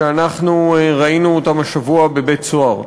שראינו השבוע בבית-סוהר,